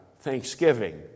Thanksgiving